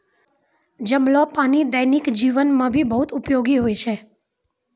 जमलो पानी दैनिक जीवन मे भी बहुत उपयोगि होय छै